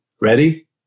Ready